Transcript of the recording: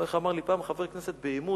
איך אמר לי פעם חבר כנסת בעימות: